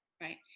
right